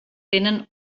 tenen